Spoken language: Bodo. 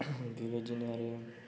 बेबायदिनो आरो